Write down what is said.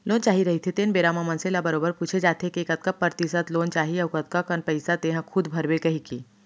loan चाही रहिथे तेन बेरा म मनसे ल बरोबर पूछे जाथे के कतका परतिसत लोन चाही अउ कतका कन पइसा तेंहा खूद भरबे कहिके